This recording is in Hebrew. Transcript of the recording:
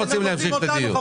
לא רוצים להמשיך את הדיון.